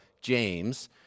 James